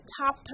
top